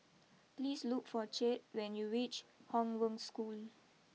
please look for Chet when you reach Hong Wen School